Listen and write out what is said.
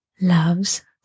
loves